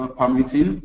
ah permitting,